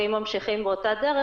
אם ממשיכים באותה דרך,